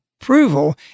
approval